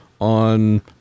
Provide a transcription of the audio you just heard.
on